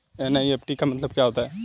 NEFT का मतलब क्या होता है?